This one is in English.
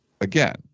again